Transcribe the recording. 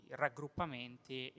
raggruppamenti